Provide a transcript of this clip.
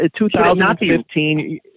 2015